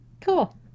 cool